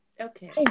Okay